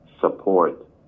support